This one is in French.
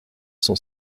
cent